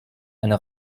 eine